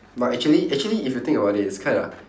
but actually actually if you think about it it's kinda